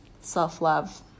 self-love